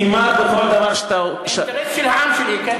כמעט בכל דבר שאתה, האינטרס של העם שלי, כן.